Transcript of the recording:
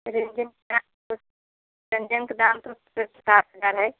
ranger का ranger का दाम तो सिर्फ सात हज़ार है